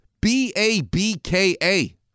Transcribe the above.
B-A-B-K-A